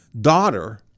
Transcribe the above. daughter